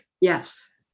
Yes